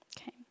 Okay